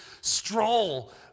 stroll